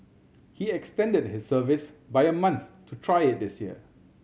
he extended his service by a month to try it this year